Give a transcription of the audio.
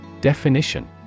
Definition